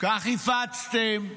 כך הפצתם,